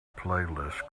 playlist